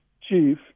chief